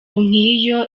nk’iyo